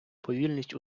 повільність